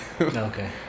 Okay